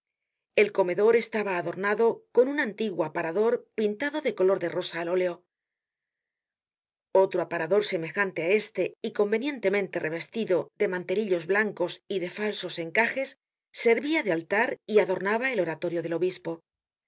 el comedor estaba adornado con un antiguo aparador pintado de color de rosa al oleo otro aparador semejante á este y convenientemente revestido de mantelillos blancos y de falsos encajes servia de altar y adornaba el oratorio del obispo sus